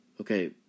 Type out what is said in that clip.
Okay